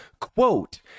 quote